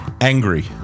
angry